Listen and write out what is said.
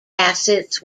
assets